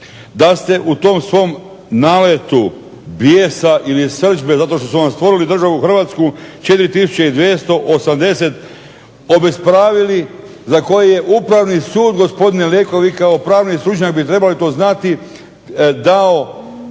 Da ste u tom svom naletu bijesa ili srdžbe zato što su vam stvorili državu Hrvatsku 4280 obespravili za koje je Upravni sud gospodine Leko vi kao pravni stručnjak bi trebali to znati dao